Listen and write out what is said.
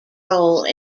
role